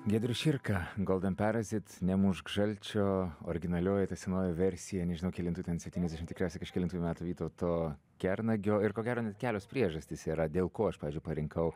giedrius širka golden parazyt nemušk žalčio originalioji ta senoji versija nežinau kelintų ten septyniasdešimt tikriausiai kažkelintų metų vytauto kernagio ir ko gero net kelios priežastys yra dėl ko aš pavyzdžiui parinkau